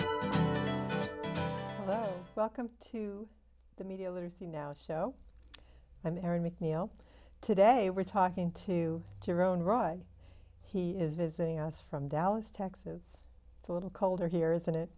well welcome to the media literacy now show i'm aaron mcneil today we're talking to your own roy he is visiting us from dallas texas a little colder here than it